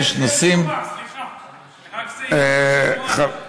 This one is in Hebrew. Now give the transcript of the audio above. יש נושאים, יש תשובה, סליחה, אוקיי.